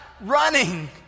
running